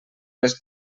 les